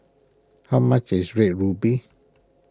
how much is Red Ruby